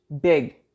big